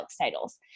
titles